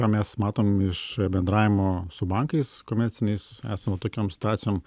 mes matom iš bendravimo su bankais komerciniais esant va tokiom situacijom